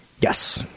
Yes